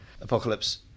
apocalypse